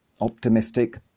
optimistic